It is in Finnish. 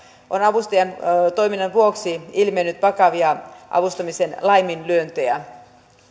on avustajan toiminnan vuoksi ilmennyt vakavia avustamisen laiminlyöntejä